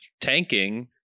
tanking